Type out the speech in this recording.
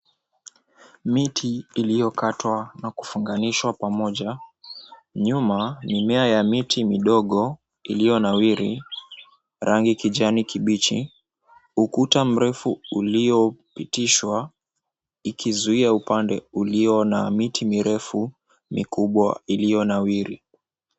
Miti iliyokatwa na kufunganishwa pamoja, nyuma mimea ya miti midogo iliyonawiri, rangi kijani kibichi, ukuta mrefu uliopitishwa ikizuia upande ulio na miti mirefu mikubwa iliyonawiri.